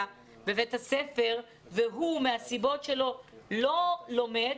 בבית הספר והוא מהסיבות שלו לא לומד,